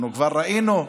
אנחנו כבר ראינו,